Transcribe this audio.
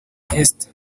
esther